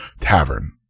tavern